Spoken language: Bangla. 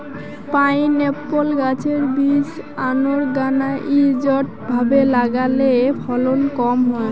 পাইনএপ্পল গাছের বীজ আনোরগানাইজ্ড ভাবে লাগালে ফলন কম হয়